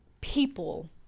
people